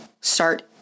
start